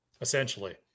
essentially